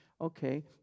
okay